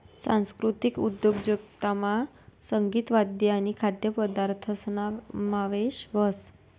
सांस्कृतिक उद्योजकतामा संगीत, वाद्य आणि खाद्यपदार्थसना समावेश व्हस